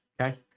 Okay